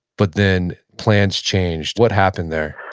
but then plans changed. what happened there?